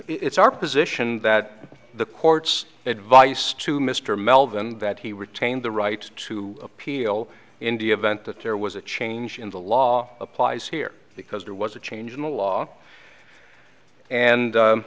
it's our position that the court's advice to mr melvin that he retained the right to appeal india event that there was a change in the law applies here because there was a change in the law and